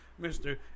Mr